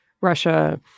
Russia